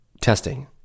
testing